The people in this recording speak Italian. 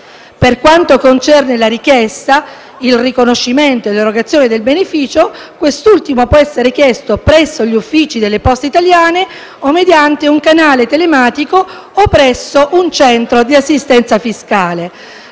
Per quanto concerne la richiesta, il riconoscimento e l'erogazione del beneficio, quest'ultimo può essere chiesto presso gli uffici di Poste Italiane o mediante un canale telematico o presso un centro di assistenza fiscale.